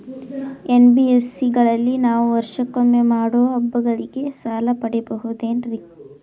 NBSC ಗಳಲ್ಲಿ ನಾವು ವರ್ಷಕೊಮ್ಮೆ ಮಾಡೋ ಹಬ್ಬಗಳಿಗೆ ಸಾಲ ಪಡೆಯಬಹುದೇನ್ರಿ?